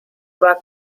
war